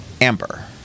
Amber